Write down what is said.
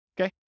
Okay